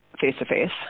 face-to-face